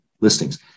listings